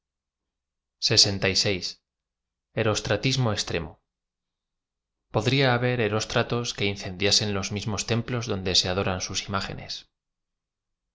extremo podría haber erostratos qaeincecdiasen los mismos templos donde se adoraa sus imágenes